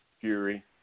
Fury